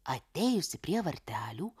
atėjusi prie vartelių